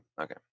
okay